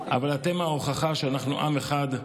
אבל אתם ההוכחה שאנחנו עם אחד,